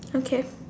okay